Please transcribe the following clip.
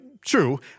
true